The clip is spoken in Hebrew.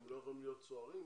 הם לא יכולים להיות צוערים?